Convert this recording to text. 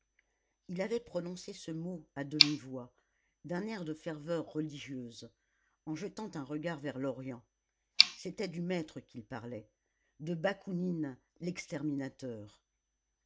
il avait prononcé ce mot à demi-voix d'un air de ferveur religieuse en jetant un regard vers l'orient c'était du maître qu'il parlait de bakounine l'exterminateur